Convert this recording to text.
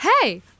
Hey